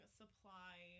supply